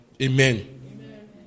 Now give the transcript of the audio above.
Amen